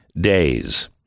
days